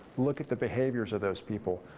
look at the behaviors of those people.